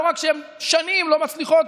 לא רק שהן שנים לא מצליחות